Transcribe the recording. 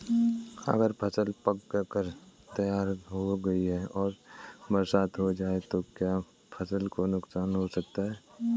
अगर फसल पक कर तैयार हो गई है और बरसात हो जाए तो क्या फसल को नुकसान हो सकता है?